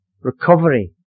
Recovery